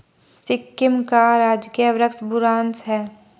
सिक्किम का राजकीय वृक्ष बुरांश है